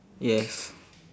yes